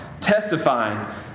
testifying